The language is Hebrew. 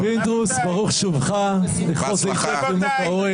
שום דבר לא מספיק.